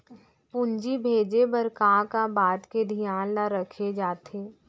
पूंजी भेजे बर का का बात के धियान ल रखे जाथे?